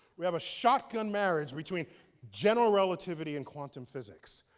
we have a shotgun marriage between general relativity and quantum physics.